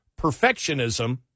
perfectionism